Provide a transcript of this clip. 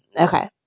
Okay